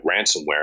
ransomware